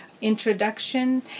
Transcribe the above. introduction